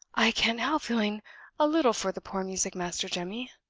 i can't help feeling a little for the poor music-master, jemmy.